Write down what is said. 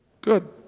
Good